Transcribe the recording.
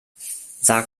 sag